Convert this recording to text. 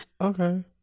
okay